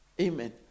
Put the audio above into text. Amen